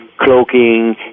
cloaking